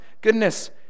goodness